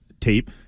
tape